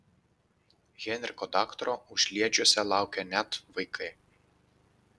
henriko daktaro užliedžiuose laukia net vaikai